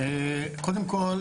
קודם כל,